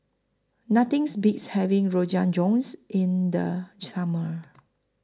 Nothing Beats having Rogan Josh in The Summer